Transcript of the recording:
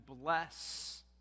bless